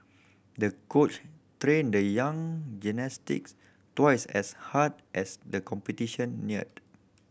the coach trained the young gymnastics twice as hard as the competition neared